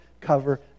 cover